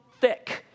thick